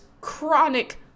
chronic